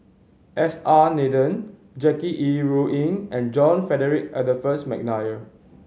S R Nathan Jackie Yi Ru Ying and John Frederick Adolphus McNair